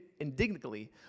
indignantly